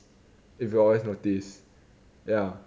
if you always notice ya